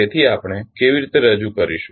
તેથી આપણે કેવી રીતે રજૂ કરીશું